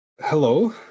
Hello